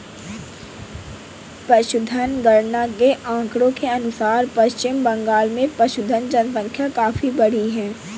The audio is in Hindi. पशुधन गणना के आंकड़ों के अनुसार पश्चिम बंगाल में पशुधन जनसंख्या काफी बढ़ी है